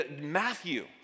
Matthew